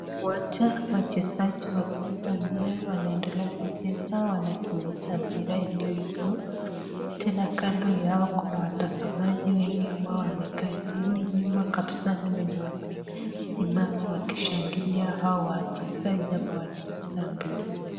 Uwanja, wachezaji wa kucheza mpira wanaendelea kucheza, wanakimbiza mpira iliyo juu. Tena kando yao kuna watazamaji wengi ambao wamekaa chini, nyuma kabisa ni wenye wamesimama wakishangilia hawa wachezaji ambao wanacheza mpira.